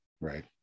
Right